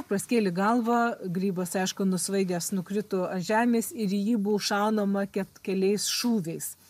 praskėlė galvą grybas aišku nusvaigęs nukrito ant žemės ir į jį buvo šaunama ket keliais šūviais